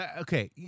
Okay